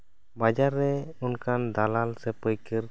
ᱵᱟᱡᱟᱨ ᱨᱮ ᱚᱱᱠᱟᱱ ᱫᱟᱞᱟᱞ ᱥᱮ ᱯᱟᱹᱭᱠᱟᱹᱨ